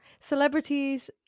Celebrities